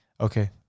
okay